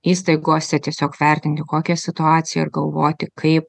įstaigose tiesiog vertinti kokia situacija ir galvoti kaip